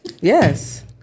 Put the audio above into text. Yes